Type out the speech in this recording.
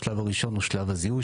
השלב הראשון הוא שלב הזיהוי